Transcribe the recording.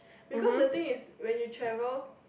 because the thing is when you travel